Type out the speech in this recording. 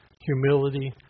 humility